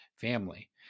family